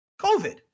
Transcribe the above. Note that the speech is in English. COVID